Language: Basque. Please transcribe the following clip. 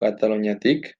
kataluniatik